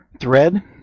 thread